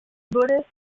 buddhist